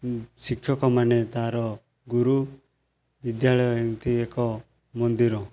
ଶିକ୍ଷକମାନେ ତାର ଗୁରୁ ବିଦ୍ୟାଳୟ ଏମିତି ଏକ ମନ୍ଦିର